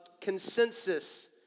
consensus